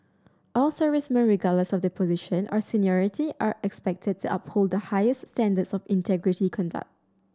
all servicemen regardless of their position or seniority are expected to uphold the highest standards of integrity conduct